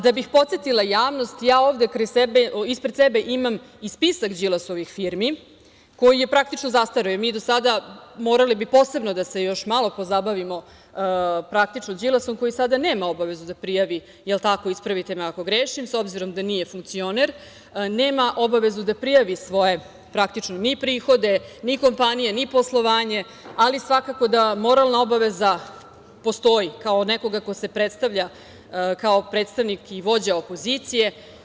Da bih podsetila javnost, ispred sebe imam i spisak Đilasovih firmi, koji je praktično zastareo i mi do sada morali bi posebno da se još malo pozabavimo praktično Đilasom, koji sada nema obavezu da prijavi, jel tako, ispravite me ako grešim, s obzirom da nije funkcioner, nema obavezu da prijavi svoje ni prihode, ni kompanije, ni poslovanje, ali svakako da moralna obaveza postoji, kao nekoga ko se predstavlja kao predstavnik i vođa opozicije.